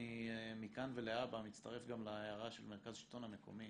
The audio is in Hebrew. אני מכאן ולהבא מצטרף גם להערה של מרכז השלטון המקומי.